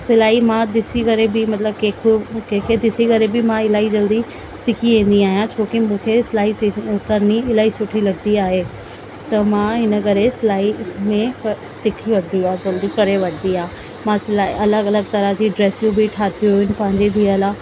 सिलाई मां ॾिसी करे बि मतिलबु कंहिं खे कंहिंखे ॾिसी करे बि मां इलाही जल्दी सिखी वेंदी आहियां छो कि मूंखे सिलाई सिख करिणी इलाही सुठी लॻंदी आहे त मां इनकरे सिलाई में सिखी वधी आहे जल्दी करे वठंदी आहियां मां सिलाई अलॻि अलॻि तरह जी ड्रेसियूं बि ठाहियूं आहिनि पंहिंजी धीअ लाइ